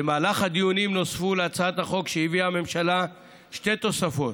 במהלך הדיונים נוספו להצעת החוק שהביאה הממשלה שתי תוספות,